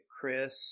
Chris